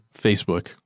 Facebook